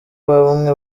bamwe